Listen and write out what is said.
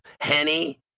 Henny